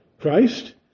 Christ